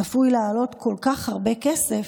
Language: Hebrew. צפוי לעלות כל כך הרבה כסף,